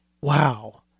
Wow